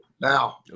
Now